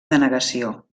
denegació